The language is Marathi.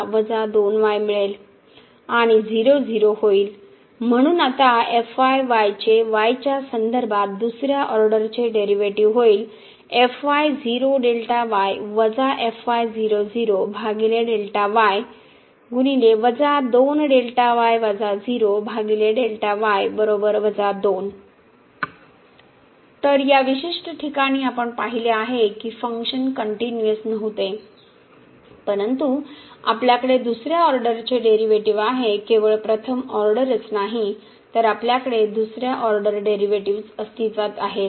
आणि 0 0 0 होईल म्हणून आता चे y च्या संदर्भात दुसऱ्या ऑर्डरचे डेरीवेटीव होईल तर या विशिष्ट ठिकाणी आपण पाहिले आहे की फंक्शन कनट्युनिअस नव्हते परंतु आपल्याकडे दुसऱ्या ऑर्डरचे डेरिव्हेटिव्ह आहे केवळ प्रथम ऑर्डरच नाही तर आपल्याकडे दुसऱ्या ऑर्डर डेरिव्हेटिव्ह्ज अस्तित्त्वात आहेत